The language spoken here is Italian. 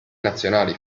nazionali